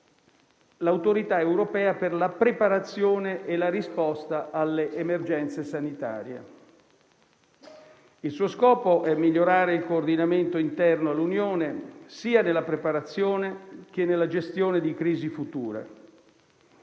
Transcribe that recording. l'Autorità europea per la preparazione e la risposta alle emergenze sanitarie. Il suo scopo è migliorare il coordinamento interno all'Unione, sia nella preparazione che nella gestione di crisi future.